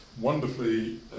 wonderfully